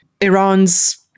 Iran's